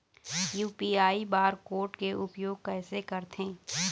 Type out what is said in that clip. UPI bar code के उपयोग कैसे करथें?